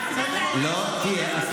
לא.